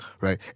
right